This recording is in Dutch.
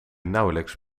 nauwelijks